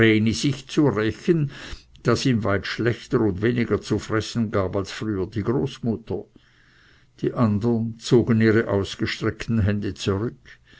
rächen das ihm weit schlechter und weniger zu fressen gab als früher die großmutter die andern zogen ihre ausgestreckten hände zurück